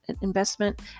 Investment